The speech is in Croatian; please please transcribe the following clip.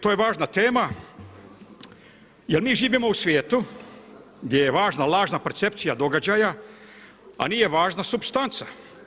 To je važna tema jer mi živimo u svijetu gdje je važna lažna percepcija događaja, a nije važna supstanca.